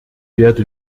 werde